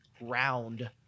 round